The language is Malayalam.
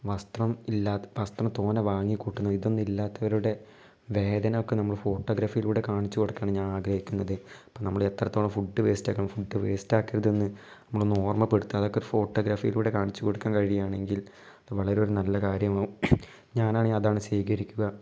വസ്ത്രം ഇല്ലാതെ വസ്ത്രം തോനെ വാങ്ങിക്കൂട്ടുന്ന ഇതൊന്നും ഇല്ലാത്തവരുടെ വേദനയൊക്കെ നമ്മള് ഫോട്ടോഗ്രാഫിയിലൂടെ കാണിച്ചു കൊടുക്കാനാണ് ഞാഗ്രഹിക്കുന്നത് അപ്പോൾ നമ്മള് എത്രത്തോളം ഫുഡ് വേസ്റ്റാക്കുന്നു ഫുഡ് വേസ്റ്റാക്കരുതെന്ന് നമ്മള് ഒന്ന് ഓർമപ്പെടുത്താന് അതൊക്കെ ഒരു ഫോട്ടോഗ്രഫിയിലൂടെ കാണിച്ചുകൊടുക്കാൻ കഴിയുകയാണെങ്കിൽ അത് വളരെ ഒരു നല്ല കാര്യമാവും ഞാനാണെൽ അതാണ് സ്വീകരിക്കുക